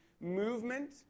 movement